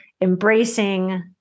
Embracing